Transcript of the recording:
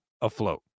afloat